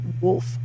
wolf